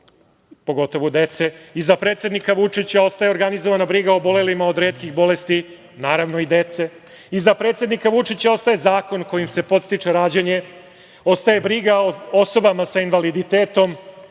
pogotovo dece. Iza predsednika Vučića ostaje organizovana briga o obolelima od retkih bolesti, naravno, i dece. Iza predsednika Vučića ostaje zakon kojim se podstiče rađanje, ostaje briga o osobama sa invaliditetom.